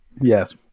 Yes